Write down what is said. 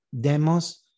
Demos